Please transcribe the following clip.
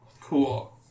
Cool